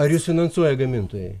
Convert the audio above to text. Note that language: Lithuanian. ar jus finansuoja gamintojai